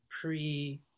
pre